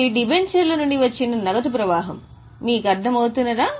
ఇది డిబెంచర్ల నుండి వచ్చిన నగదు ప్రవాహం మీకు అర్థం అవుతున్నదా